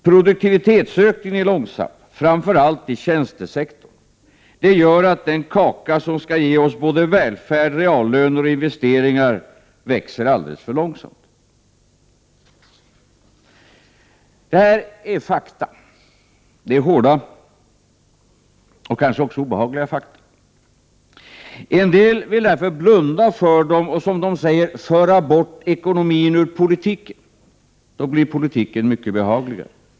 Produktivitetsökningen är långsam, framför allt i tjänstesektorn. Det gör att den kaka som skall ge oss både välfärd, reallöner och investeringar växer alldeles för långsamt. Detta är fakta, det är hårda och kanske också obehagliga fakta. En del vill därför blunda för dem och, som de säger, föra bort ekonomin ur politiken. Då blir politiken mycket behagligare.